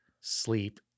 sleep